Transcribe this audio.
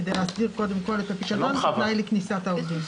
כדי להסדיר קודם כל את הפיקדון כתנאי לכניסת העובדים.